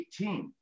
18